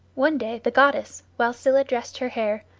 one day the goddess, while scylla dressed her hair,